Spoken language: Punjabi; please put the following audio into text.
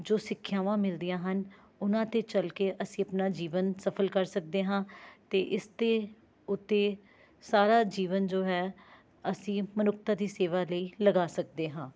ਜੋ ਸਿੱਖਿਆਵਾਂ ਮਿਲਦੀਆਂ ਹਨ ਉਹਨਾਂ 'ਤੇ ਚੱਲ ਕੇ ਅਸੀਂ ਆਪਣਾ ਜੀਵਨ ਸਫਲ ਕਰ ਸਕਦੇ ਹਾਂ ਅਤੇ ਇਸਦੇ ਉੱਤੇ ਸਾਰਾ ਜੀਵਨ ਜੋ ਹੈ ਅਸੀਂ ਮਨੁੱਖਤਾ ਦੀ ਸੇਵਾ ਲਈ ਲਗਾ ਸਕਦੇ ਹਾਂ